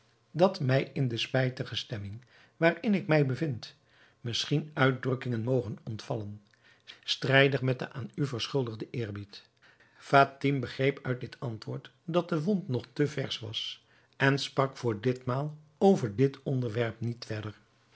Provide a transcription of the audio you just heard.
dat mij in de spijtige stemming waarin ik mij bevind misschien uitdrukkingen mogen ontvallen strijdig met den aan u verschuldigden eerbied fatime begreep uit dit antwoord dat de wond nog te versch was en sprak voor dit maal over dit onderwerp niet verder